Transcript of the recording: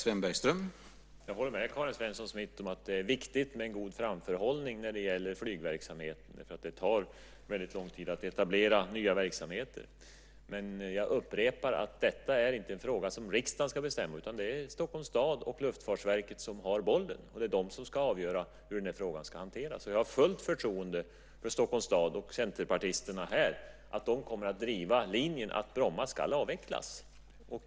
Herr talman! Jag håller med Karin Svensson Smith om att det är viktigt med en god framförhållning när det gäller flygverksamheten. Det tar väldigt lång tid att etablera nya verksamheter. Jag upprepar att detta inte är en fråga som riksdagen ska bestämma. Det är Stockholms stad och Luftfartsverket som har bollen och ska avgöra hur frågan ska hanteras. Jag har fullt förtroende för Stockholms stad och centerpartisterna här. De kommer att driva linjen att Bromma ska avvecklas.